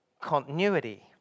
continuity